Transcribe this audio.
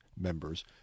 members